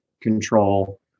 control